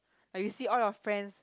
like you see all your friends